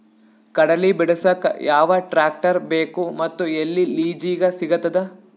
ಕಡಲಿ ಬಿಡಸಕ್ ಯಾವ ಟ್ರ್ಯಾಕ್ಟರ್ ಬೇಕು ಮತ್ತು ಎಲ್ಲಿ ಲಿಜೀಗ ಸಿಗತದ?